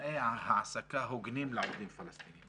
תנאי העסקה הוגנים לעובדים פלסטינים.